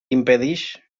impedix